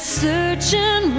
searching